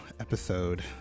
episode